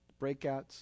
breakouts